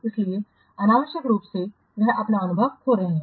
इसलिए अनावश्यक रूप से वे अपना अनुभव खो रहे हैं